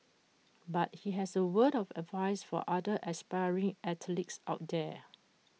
but he has A word of advice for other aspiring athletes out there